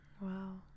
Wow